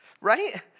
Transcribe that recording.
Right